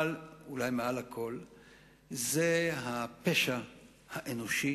אבל אולי מעל הכול זה הפשע האנושי